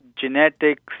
genetics